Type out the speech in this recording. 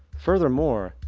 furthermore,